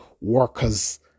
workers